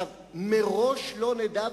מראש לא נדע,